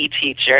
teacher